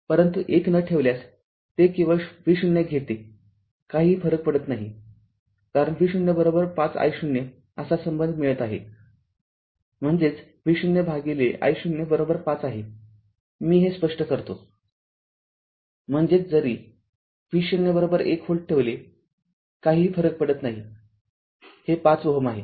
परंतु १ न ठेवल्यास ते केवळ V0घेते काहीही फरक पडत नाही कारण V0५i0 असा संबंध मिळत आहे म्हणजेच V0 भागिले i0५ आहे मी हे स्पष्ट करतोम्हणजेचजरी V0१ व्होल्ट ठेवले काही फरक पडत नाही हे ५ Ω आहे